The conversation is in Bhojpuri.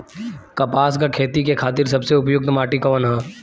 कपास क खेती के खातिर सबसे उपयुक्त माटी कवन ह?